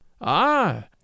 Ah